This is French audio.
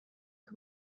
que